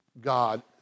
God